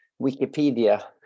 Wikipedia